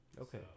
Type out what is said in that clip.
Okay